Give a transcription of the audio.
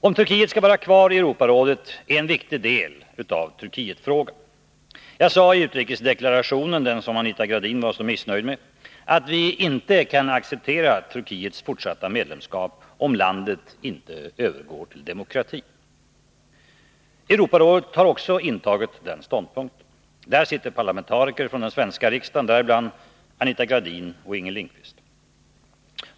Om Turkiet skall vara kvar i Europarådet är en viktig del av Turkietfrågan. Jag sade i utrikesdeklarationen — den som Anita Gradin var så missnöjd med — att vi inte kan acceptera Turkiets fortsatta medlemskap om landet inte övergår till demokrati. Europarådet har också intagit den ståndpunkten. Där sitter parlamentariker från den svenska riksdagen, däribland Anita Gradin och Inger Lindquist.